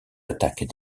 attaques